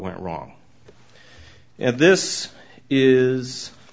went wrong and this is